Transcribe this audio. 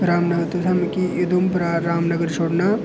और रामनगर तुहां मिगी उधमपुरां रामनगर छोड़ना